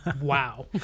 wow